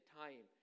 time